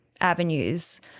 avenues